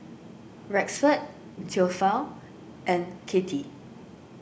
Rexford theophile and Katie